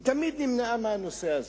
היא תמיד נמנעה מהנושא הזה.